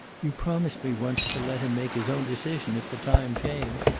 you promised me once to let him make his own decision if the time came.